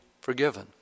forgiven